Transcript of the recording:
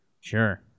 Sure